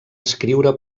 escriure